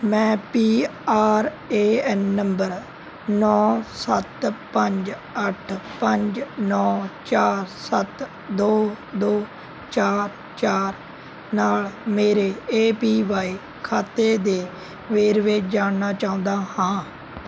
ਮੈਂ P R A N number ਨੌ ਸੱਤ ਪੰਜ ਅੱਠ ਪੰਜ ਨੌ ਚਾਰ ਸੱਤ ਦੋ ਦੋ ਚਾਰ ਚਾਰ ਨਾਲ਼ ਮੇਰੇ ਏ ਪੀ ਵਾਈ ਖਾਤੇ ਦੇ ਵੇਰਵੇ ਜਾਣਨਾ ਚਾਹੁੰਦਾ ਹਾਂ